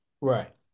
Right